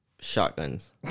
shotguns